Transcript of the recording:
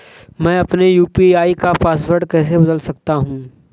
मैं अपने यू.पी.आई का पासवर्ड कैसे बदल सकता हूँ?